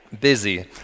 busy